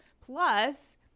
Plus